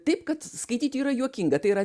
taip kad skaityti yra juokinga tai yra